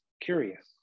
curious